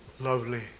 lovely